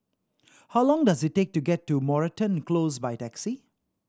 how long does it take to get to Moreton Close by taxi